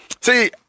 See